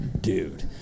dude